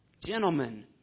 Gentlemen